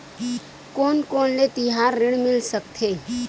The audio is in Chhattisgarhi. कोन कोन ले तिहार ऋण मिल सकथे?